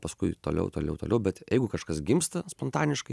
paskui toliau toliau toliau bet jeigu kažkas gimsta spontaniškai